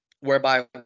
Whereby